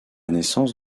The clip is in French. naissance